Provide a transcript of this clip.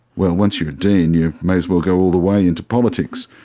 well, once you're a dean, you may as well go all the way into politics.